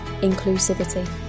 inclusivity